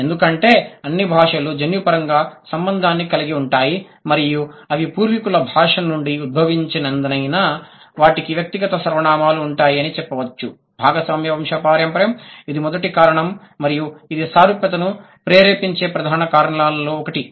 ఎందుకంటే అన్ని భాషలు జన్యుపరంగా సంబంధాన్ని కలిగి ఉంటాయి మరియు అవి పూర్వీకుల భాష నుండి ఉద్భవించినందున వాటికి వ్యక్తిగత సర్వనామాలు ఉంటాయి అని చెప్పవచ్చు భాగస్వామ్య వంశపారంపర్యం ఇది మొదటి కారణం మరియు ఇది సారూప్యతను ప్రేరేపించే ప్రధాన కారణాలలో ఒకటి